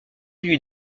lui